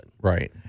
Right